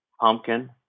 pumpkin